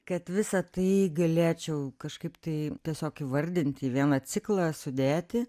kad visa tai galėčiau kažkaip tai tiesiog įvardinti į vieną ciklą sudėti